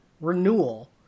renewal